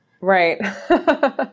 Right